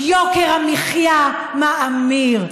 יוקר המחיה מאמיר,